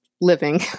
living